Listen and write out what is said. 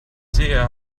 sehe